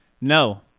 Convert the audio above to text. No